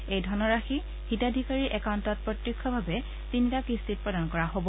এই ধনৰাশি হিতাধিকাৰীৰ একাউণ্টত প্ৰত্যক্ষভাৱে তিনিটা কিস্তিত প্ৰদান কৰা হব